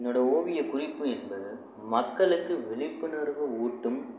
என்னோட ஓவிய குறிப்பு என்பது மக்களுக்கு விழிப்புணர்வு ஊட்டும்